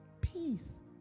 Peace